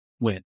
win